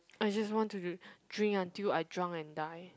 I just want to dr~ drink until I drunk and die